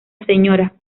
sra